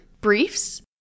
briefs